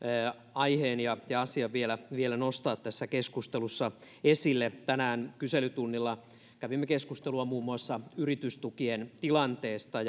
aiheen ja ja asian vielä vielä nostaa tässä keskustelussa esille tänään kyselytunnilla kävimme keskustelua muun muassa yritystukien tilanteesta